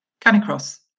Canicross